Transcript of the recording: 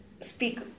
speak